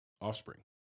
offspring